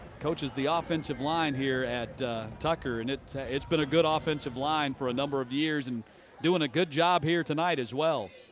coaches the offensive line here at tucker. and it's ah been but a good offensive line for a number of years and doing a good job here tonight, as well.